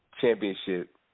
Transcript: championship